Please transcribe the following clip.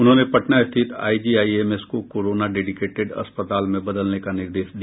उन्होंने पटना रिथित आईजीआईएमएस को कोरोना डेडिकेटेड अस्पताल में बदलने का निर्देश दिया